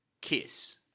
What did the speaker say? kiss